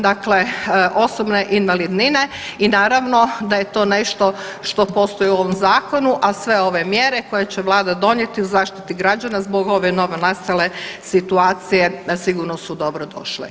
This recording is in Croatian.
Dakle, osobne invalidnine i naravno da je to nešto što postoji u ovom zakonu, a sve ove mjere koje će Vlada donijeti u zaštiti građana zbog ove novonastale situacije sigurno su dobro došle.